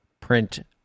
print